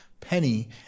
penny